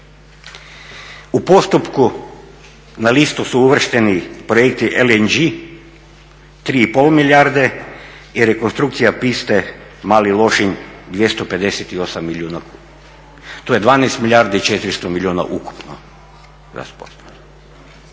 U postupku na listu su uvršteni projekti LNG 3,5 milijarde i rekonstrukcija piste Mali Lošinj 258 milijuna, to je 12 milijardi i 400 milijuna ukupno